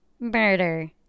Murder